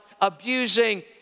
abusing